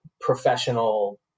professional